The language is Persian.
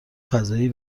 فضایی